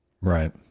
Right